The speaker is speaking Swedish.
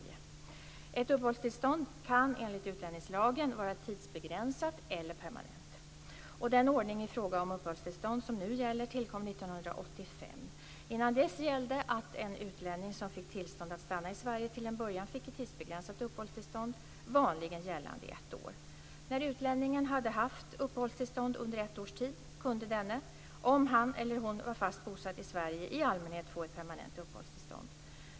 Ett uppehållstillstånd kan enligt utlänningslagen vara tidsbegränsat eller permanent. Den ordning i fråga om uppehållstillstånd som nu gäller tillkom 1985. Innan dess gällde att en utlänning som fick tillstånd att stanna i Sverige till en början fick ett tidsbegränsat uppehållstillstånd, vanligen gällande i ett år. När utlänningen hade haft uppehållstillstånd under ett års tid kunde denne, om han eller hon var fast bosatt i Sverige, i allmänhet få ett permanent uppehållstillstånd.